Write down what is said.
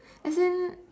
as in